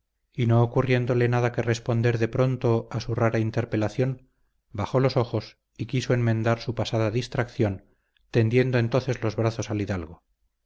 y no ocurriéndole nada que responder de pronto a su rara interpelación bajó los ojos y quiso enmendar su pasada distracción tendiendo entonces los brazos al hidalgo